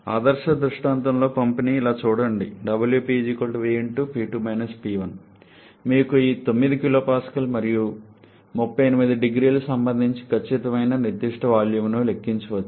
ఆదర్శ దృష్టాంతంలో పంప్ పని ఇలా ఉండాలి మీకు ఈ 9 kPa మరియు 380C కి సంబంధించిన ఖచ్చితమైన నిర్దిష్ట వాల్యూమ్ను లెక్కించవచ్చు